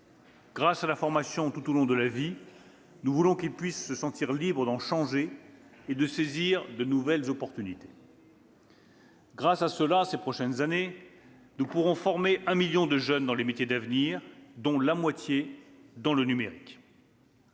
Grâce à la formation tout au long de la vie, nous voulons qu'ils puissent se sentir libres d'en changer et de saisir de nouvelles opportunités. Grâce à cela, ces prochaines années, nous pourrons former un million de jeunes dans les métiers d'avenir, dont la moitié dans le numérique.